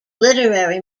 literary